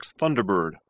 Thunderbird